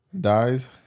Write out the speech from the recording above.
dies